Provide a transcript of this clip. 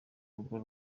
rugo